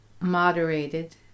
moderated